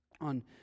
on